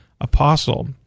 apostle